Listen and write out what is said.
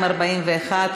241),